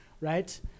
right